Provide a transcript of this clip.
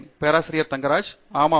பேராசிரியர் ஆண்ட்ரூ தங்கராஜ் ஆமாம்